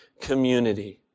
community